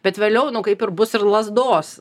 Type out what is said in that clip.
bet vėliau nu kaip ir bus ir lazdos